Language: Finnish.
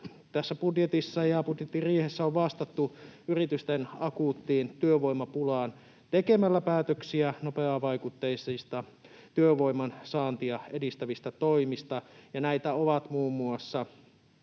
Tässä budjetissa ja budjettiriihessä on vastattu yritysten akuuttiin työvoimapulaan tekemällä päätöksiä nopeavaikutteisista työvoiman saantia edistävistä toimista. Näitä ovat muun muassa